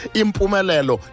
impumelelo